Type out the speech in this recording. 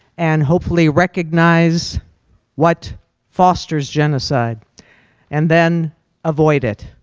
and hopefully recognize what fosters genocide and then avoid it.